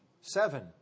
Seven